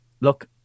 look